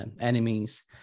enemies